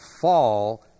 fall